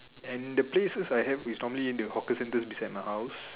and the places I have is normally in the hawker centres beside my house